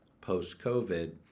post-covid